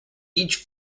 each